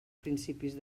principis